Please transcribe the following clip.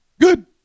Good